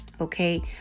okay